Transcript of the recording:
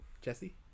Jesse